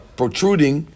protruding